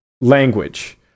language